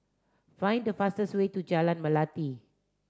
find the fastest way to Jalan Melati